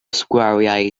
sgwariau